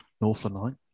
Northland